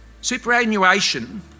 Superannuation